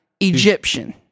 Egyptian